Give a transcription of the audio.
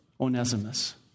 Onesimus